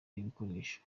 ibikoresho